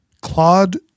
Claude